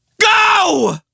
Go